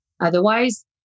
otherwise